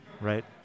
right